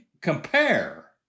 compare